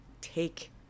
take